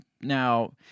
now